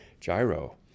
Gyro